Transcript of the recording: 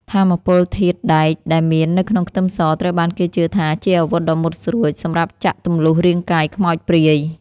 ថាមពលធាតុដែកដែលមាននៅក្នុងខ្ទឹមសត្រូវបានគេជឿថាជាអាវុធដ៏មុតស្រួចសម្រាប់ចាក់ទម្លុះរាងកាយខ្មោចព្រាយ។